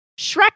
Shrek